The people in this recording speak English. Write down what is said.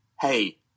Hey